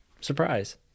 surprise